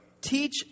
teach